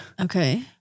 Okay